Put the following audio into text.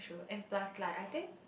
and plus like I think